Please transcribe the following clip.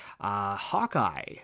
Hawkeye